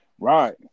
Right